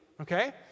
Okay